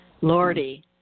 Lordy